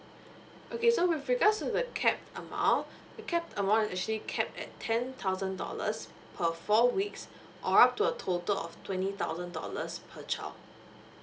okay so with regards to the cap amount the kept amount will actually kept at ten thousand dollars for four weeks or up to a total of twenty thousand dollars per child